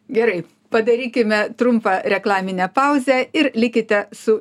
gerai padarykime trumpą reklaminę pauzę ir likite su